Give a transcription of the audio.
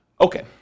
Okay